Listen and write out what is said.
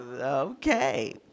Okay